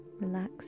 relax